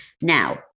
Now